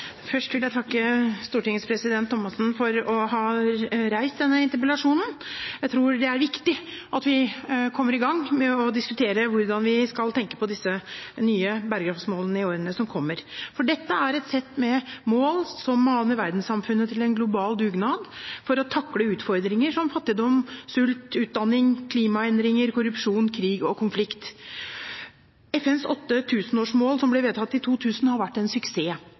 viktig at vi kommer i gang med å diskutere hvordan vi skal tenke på disse nye bærekraftsmålene i årene som kommer, for dette er et sett med mål som maner verdenssamfunnet til en global dugnad for å takle utfordringer som fattigdom, sult, manglende utdanning, klimaendringer, korrupsjon, krig og konflikt. FNs åtte tusenårsmål, som ble vedtatt i 2000, har vært en suksess.